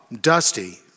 Dusty